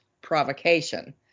provocation